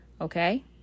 okay